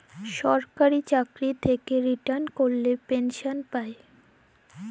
সরকারি চাকরি থ্যাইকে রিটায়ার ক্যইরে পেলসল পায়